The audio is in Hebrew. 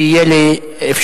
כי תהיה לי אפשרות,